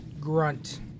grunt